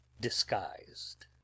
disguised